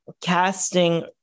casting